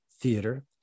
Theater